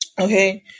Okay